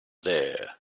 there